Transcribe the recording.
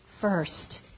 first